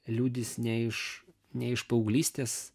liudys ne iš ne iš paauglystės